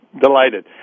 Delighted